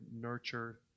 nurture